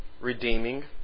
Redeeming